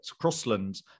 Crossland